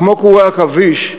כקורי עכביש.